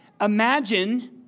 Imagine